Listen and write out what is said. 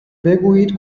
بگویید